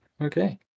okay